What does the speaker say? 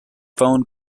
phone